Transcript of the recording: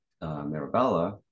Mirabella